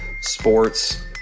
sports